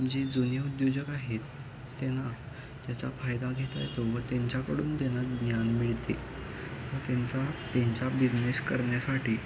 जे जुने उद्योजक आहेत त्यांना त्याचा फायदा घेता येतो व त्यांच्याकडून त्यांना ज्ञान मिळते व त्यांचा त्यांच्या बिझनेस करण्यासाठी